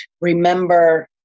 remember